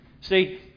See